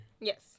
Yes